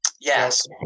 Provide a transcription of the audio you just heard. Yes